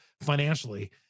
financially